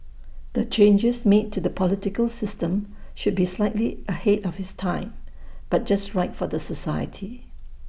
the changes made to the political system should be slightly ahead of its time but just right for the society